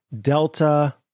Delta